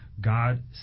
God